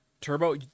turbo